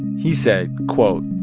he said, quote,